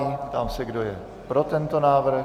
Ptám se, kdo je pro tento návrh.